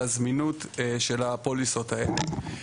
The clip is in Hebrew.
על הזמינות של הפוליסות האלה.